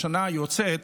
בשנה היוצאת,